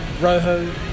rojo